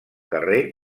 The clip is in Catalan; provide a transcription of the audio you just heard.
carrer